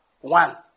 One